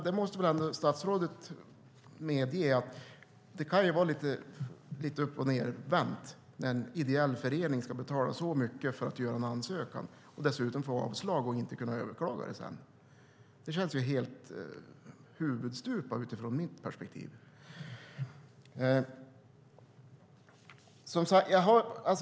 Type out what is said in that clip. Det måste väl statsrådet medge är lite uppochnedvänt när en ideell förening ska betala så mycket för en ansökan och dessutom kanske får avslag som den inte kan överklaga. Det känns helt huvudstupa utifrån mitt perspektiv.